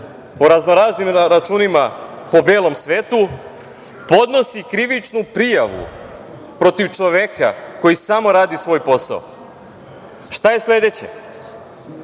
po raznoraznim računima po belom svetu, podnosi krivičnu prijavu protiv čoveka koji samo radi svoj posao? Šta je sledeće?